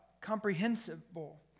Comprehensible